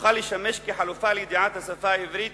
תוכל לשמש חלופה לידיעת השפה העברית